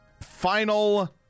Final